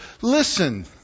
listen